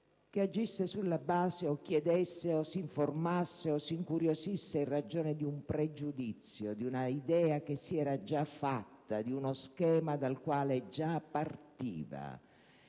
che agisse o chiedesse o si informasse o si incuriosisse in ragione di un pregiudizio, di un'idea che si era già fatta o di uno schema dal quale già partiva.